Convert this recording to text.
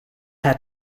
had